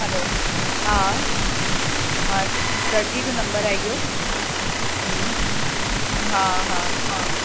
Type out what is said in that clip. hello हा हा कि दर्जी जो नम्बर आहे इहो हम्म हा हा हा